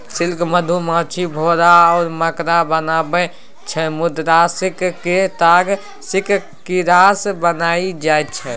silk मधुमाछी, भौरा आ मकड़ा बनाबै छै मुदा सिल्कक ताग सिल्क कीरासँ बनाएल जाइ छै